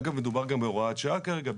אגב, מדובר גם בהוראת שעה כרגע.